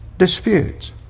disputes